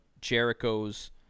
Jericho's